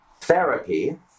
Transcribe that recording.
therapy